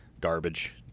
Garbage